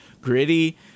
gritty